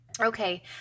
Okay